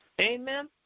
Amen